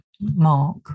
mark